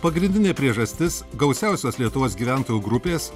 pagrindinė priežastis gausiausios lietuvos gyventojų grupės